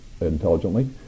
intelligently